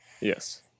Yes